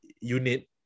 unit